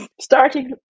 starting